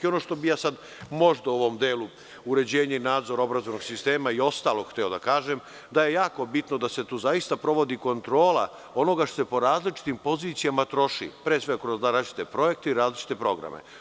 Ono što bih možda u ovom delu, uređenje, nadzor obrazovnog sistema i ostalog, hteo da kažem jeste da je jako bitno da se tu zaista sprovodi kontrola onoga što se po različitim pozicijama troši, pre svega kroz različite projekte i različite programe.